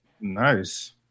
Nice